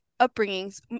upbringings